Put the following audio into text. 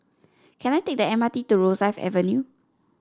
can I take the M R T to Rosyth Avenue